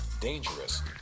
dangerous